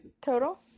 total